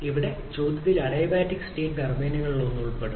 ഇവിടെ ചോദ്യത്തിൽ adiabatic steam ടർബൈനുകളിലൊന്ന് ഉൾപ്പെടുന്നു